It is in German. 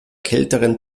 kälteren